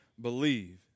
believe